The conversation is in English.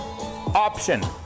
Option